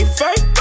fake